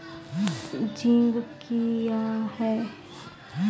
Zinc क्या हैं?